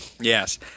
Yes